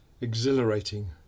exhilarating